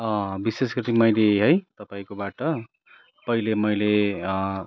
विशेष गरी मैले है तपाईँकोबाट पहिले मैले